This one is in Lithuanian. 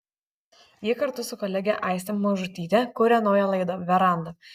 ji kartu su kolege aiste mažutyte kuria naują laidą veranda